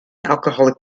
alcoholic